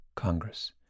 Congress